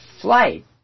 flight